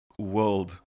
world